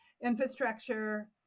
infrastructure